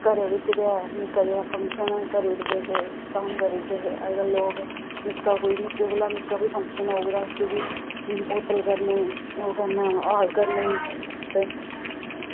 घरै बिच्च गै निक्का नेहा फंक्शन करी ओड़दे हे धाम करी ओड़दे हे अजकल्ल लोग निक्के कोला निक्का फंक्शन होग तां उस्सी बी होटल करने ओह् हॉल करने